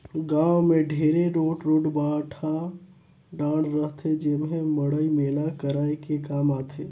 गाँव मे ढेरे रोट रोट भाठा डाँड़ रहथे जेम्हे मड़ई मेला कराये के काम आथे